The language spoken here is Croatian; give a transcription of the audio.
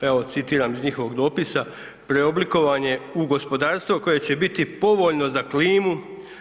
Evo citiram iz njihovog dopisa „Preoblikovanje u gospodarstvo koje će biti povoljno za klimu,